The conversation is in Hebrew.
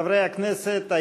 חברי הכנסת,